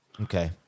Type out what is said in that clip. Okay